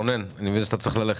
רונן, אני מבין שאתה צריך ללכת.